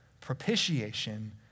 propitiation